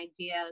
ideas